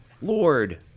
Lord